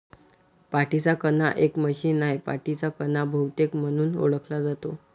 पाठीचा कणा एक मशीन आहे, पाठीचा कणा बहुतेक म्हणून ओळखला जातो